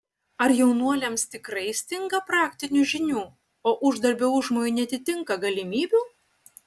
ar jaunuoliams tikrai stinga praktinių žinių o uždarbio užmojai neatitinka galimybių